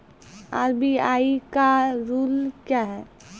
RBI का rule क्या हैं?